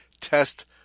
test